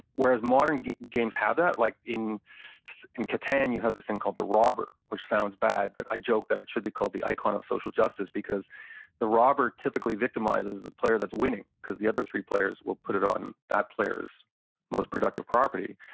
whereas modern games have that. like in in catan, you have this thing called the robber, which sounds bad but i joke that it should be called the icon of social justice. because the robber typically victimizes the player that's winning cause the other three players will put it on that player's most productive property.